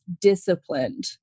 disciplined